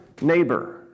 neighbor